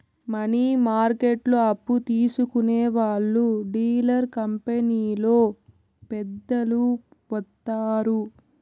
money మార్కెట్లో అప్పు తీసుకునే వాళ్లు డీలర్ కంపెనీలో పెద్దలు వత్తారు